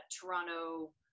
Toronto